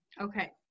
Okay